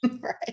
Right